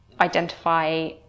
identify